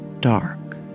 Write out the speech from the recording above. dark